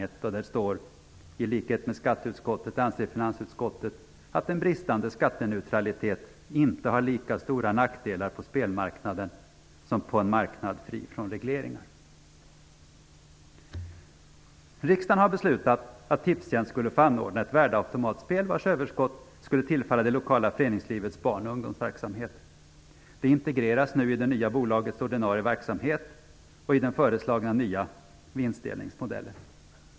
Det står följande: "I likhet med skatteutskottet anser finansutskottet att en bristande skatteneutralitet inte har lika stora nackdelar på spelmarknaden som på en marknad fri från regleringar." Riksdagen har beslutat att Tipstjänst skulle få anordna ett värdeautomatspel, vars överskott skulle tillfalla det lokala föreningslivets barn och ungdomsverksamhet. Det integreras nu i det nya bolagets ordinarie verksamhet och i den föreslagna nya vinstdelningsmodellen.